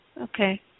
Okay